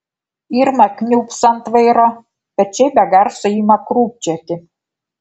irma kniūbso ant vairo pečiai be garso ima krūpčioti